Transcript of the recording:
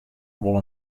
wol